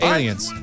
Aliens